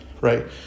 right